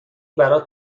برات